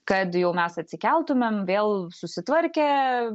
kad jau mes atsikeltumėm vėl susitvarkę